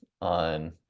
on